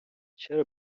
چرا